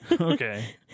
Okay